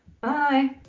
Bye